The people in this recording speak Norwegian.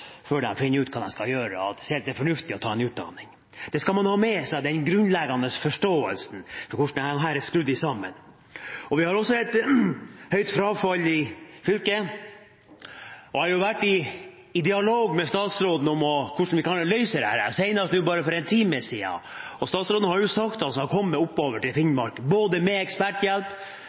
før de finner ut hva de skal gjøre og ser at det er fornuftig å ta en utdanning. Det skal man ha med seg – den grunnleggende forståelsen av hvordan dette er skrudd sammen. Vi har også et høyt frafall i fylket. Jeg har vært i dialog med statsråden om hvordan vi skal løse dette, senest for bare en time siden. Statsråden har sagt at han skal komme opp til Finnmark med eksperthjelp